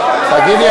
תגידי,